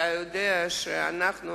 אתה יודע שאנחנו,